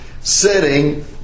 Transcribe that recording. sitting